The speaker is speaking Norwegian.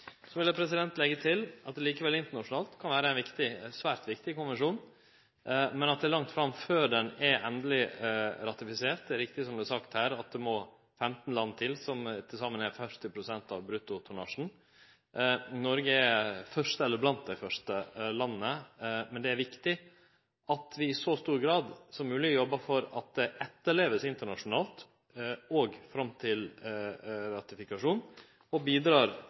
Så vil eg leggje til at det internasjonalt likevel kan vere ein svært viktig konvensjon, men at det er langt fram før han er endeleg ratifisert. Det er riktig, som det vart sagt her, at det må 15 land til, som til saman er 40 pst. av bruttotonnasjen. Noreg er først, eller blant dei første landa, men det er viktig at vi i så stor grad som mogleg jobbar for at det vert etterlevd internasjonalt, òg fram til ratifikasjon, og